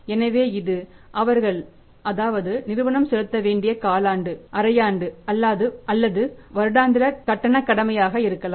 எனவே இது அவர்கள் அதாவது நிறுவனம் செலுத்த வேண்டிய காலாண்டு அரை ஆண்டு அல்லது வருடாந்திர கட்டணக் கடமையாக இருக்கலாம்